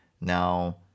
now